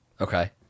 Okay